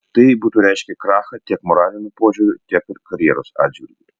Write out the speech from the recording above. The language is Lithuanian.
tai būtų reiškę krachą tiek moraliniu požiūriu tiek ir karjeros atžvilgiu